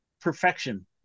perfection